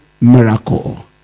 miracle